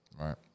right